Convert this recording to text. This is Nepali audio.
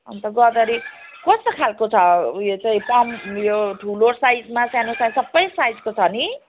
अनि त गोदावरी कस्तो खालको छ ऊ यो चाहिँ कम यो ठुलो साइजमा सानो साइज सबै साइजको छ नि